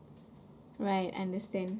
right understand